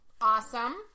awesome